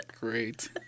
Great